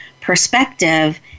perspective